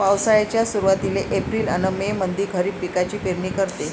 पावसाळ्याच्या सुरुवातीले एप्रिल अन मे मंधी खरीप पिकाची पेरनी करते